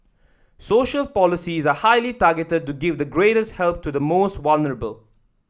social policies are highly targeted to give the greatest help to the most vulnerable